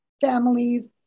families